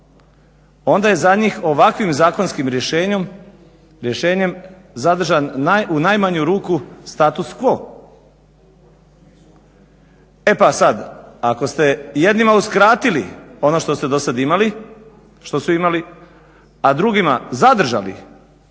onda je za njih ovakvim zakonskim rješenjem zadržan u najmanju ruku status quo. E pa sad, ako ste jednima uskratili ono što su dosad imali, a drugima zadržali